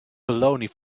baloney